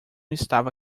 estava